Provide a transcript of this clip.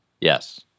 Yes